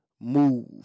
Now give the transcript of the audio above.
move